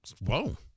Whoa